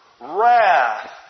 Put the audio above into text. Wrath